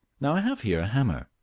now i have here a hammer.